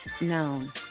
known